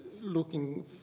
looking